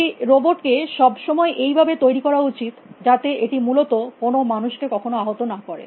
একটি রোবটকে সব সময় এই ভাবে তৈরী করা উচিত যাতে এটি মূলত কোনো মানুষকে কখনো আহত না করে